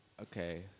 Okay